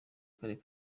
karere